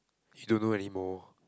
you don't know anymore